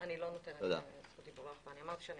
כלומר אין